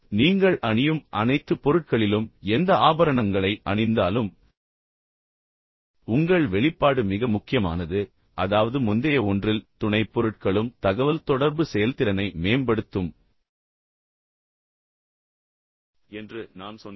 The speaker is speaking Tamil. நீங்கள் அணியும் அனைத்து பொருட்களிலும் நீங்கள் எந்த ஆபரணங்களை அணிந்தாலும் உங்கள் வெளிப்பாடு மிக முக்கியமானது அதாவது முந்தைய ஒன்றில் துணைப்பொருட்களும் தகவல்தொடர்பு செயல்திறனை மேம்படுத்தும் என்று நான் சொன்னேன்